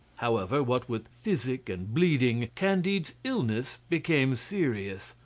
however, what with physic and bleeding, candide's illness became serious.